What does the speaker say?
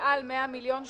מעל 100 מיליון שקלים.